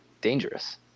dangerous